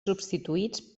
substituïts